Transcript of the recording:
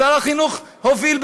שר החינוך הוביל,